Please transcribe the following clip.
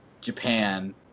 Japan